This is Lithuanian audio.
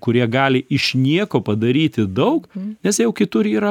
kurie gali iš nieko padaryti daug nes jau kitur yra